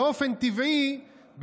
באופן טבעי,